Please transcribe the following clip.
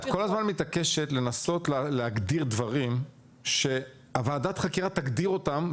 את כל הזמן מתעקשת לנסות להגדיר דברים שוועדת החקירה תגדיר אותם,